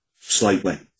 slightly